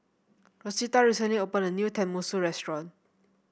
Rosita recently opened a new Tenmusu restaurant